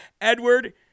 Edward